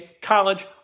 college